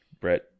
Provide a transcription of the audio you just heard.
Brett